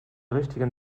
richtigen